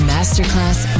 Masterclass